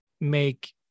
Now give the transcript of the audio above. make